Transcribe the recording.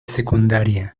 secundaria